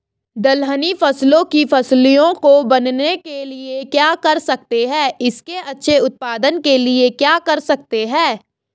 दलहनी फसलों की फलियों को बनने के लिए क्या कर सकते हैं इसके अच्छे उत्पादन के लिए क्या कर सकते हैं?